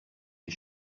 les